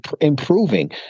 improving